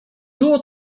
było